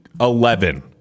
Eleven